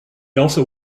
also